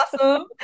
awesome